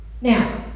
Now